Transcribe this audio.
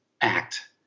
act